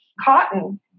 cotton